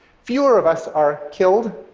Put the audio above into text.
fewer of us are killed,